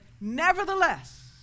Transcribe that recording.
nevertheless